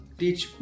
teach